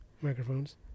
Microphones